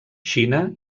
xina